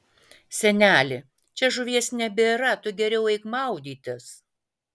seneli čia žuvies nebėra tu geriau eik maudytis